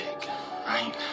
right